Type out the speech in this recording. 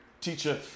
teacher